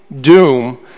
doom